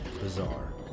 bizarre